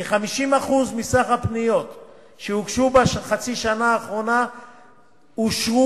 בכ-50% מסך הפניות שהוגשו בחצי השנה האחרונה אושרו